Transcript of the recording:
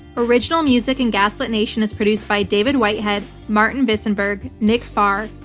original music in gaslit nation is produced by david whitehead, martin visenberg, nick farr,